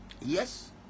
yes